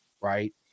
right